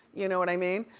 you know what i mean,